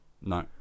No